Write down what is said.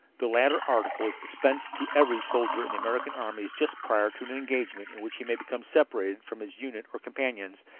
the latter article is dispensed to every soldier in the american armies just prior to an engagement in which he may become separated from his unit or companions,